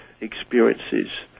experiences